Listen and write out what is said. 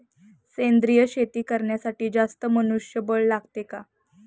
सेंद्रिय शेती करण्यासाठी जास्त मनुष्यबळ लागते का?